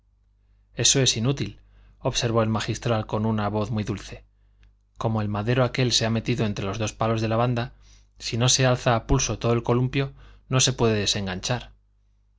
eso es inútil observó el magistral con una voz muy dulce como el madero aquel se ha metido entre los dos palos de la banda si no se alza a pulso todo el columpio no se puede desenganchar